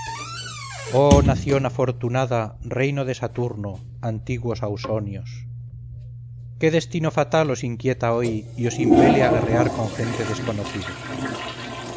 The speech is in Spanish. oh nación afortunada reino de saturno antiguos ausonios qué destino fatal os inquieta hoy y os impele a guerrear con gente desconocida